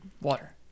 Water